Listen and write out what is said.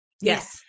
Yes